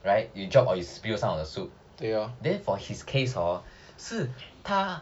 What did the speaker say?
right you drop or you spill some of the soup then for his case hor 是他